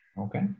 Okay